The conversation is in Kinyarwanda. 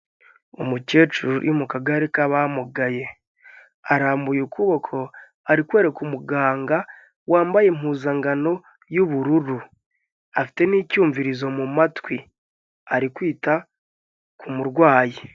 Umukecuru uri mu kagare k'abamugaye, arambuye ukuboko ari kwereka umuganga wambaye impuzankano y'ubururu, afite n'icyumvirizo mu matwi, ari kwita ku murwayi.